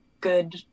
good